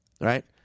Right